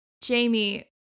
Jamie